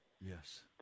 Yes